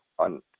On